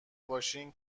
باشن